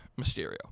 Mysterio